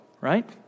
right